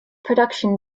production